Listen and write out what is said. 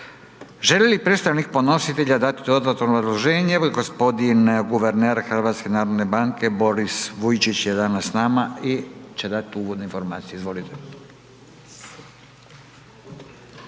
Želi li predstavnik podnositelja dati dodatno obrazloženje? Evo gospodin guverner HNB-a Borisi Vujčić je danas s nama i će dati uvodne informacije. Izvolite.